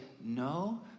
no